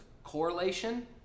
correlation